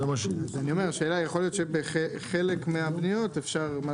אז אני אומר שיכול להיות שבחלק מהבניות אפשר,